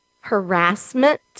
harassment